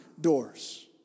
doors